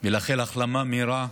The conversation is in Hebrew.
ולאחל החלמה מהירה